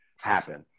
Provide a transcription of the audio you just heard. happen